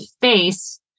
face